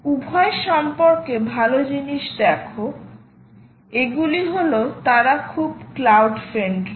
উভয় সম্পর্কে ভাল জিনিস দেখো এগুলি হল তারা খুব ক্লাউড ফ্রেন্ডলি